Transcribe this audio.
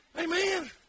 Amen